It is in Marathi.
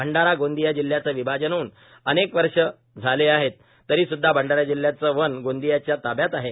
भंडारा गोंदिया जिल्ह्याचे विभाजन होऊन अनेक वर्षे झाले आहेत तरी सुद्धा भंडारा जिल्ह्याचे वन गोंदियाच्या ताब्यात आहे